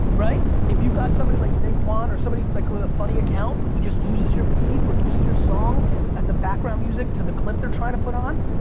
right? if you've got somebody like big juan or somebody like with a funny account, who just uses your beat or uses your song as the background music to the clip they're trying to put on.